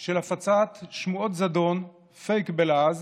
של הפצת שמועות זדון, פייק בלעז,